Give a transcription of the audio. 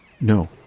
No